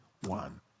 one